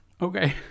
okay